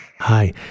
Hi